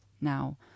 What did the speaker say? now